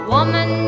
Woman